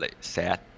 sad